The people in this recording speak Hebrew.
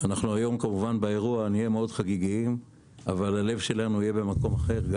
כמובן באירוע נהיה מאוד חגיגיים אבל הלב שלנו יהיה במקום אחר,